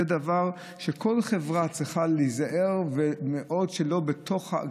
זה דבר שכל חברה צריכה להיזהר מאוד שלא יהיה בתוכה,